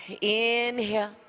inhale